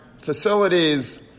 facilities